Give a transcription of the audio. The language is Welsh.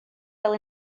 fel